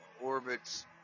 orbits